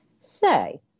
say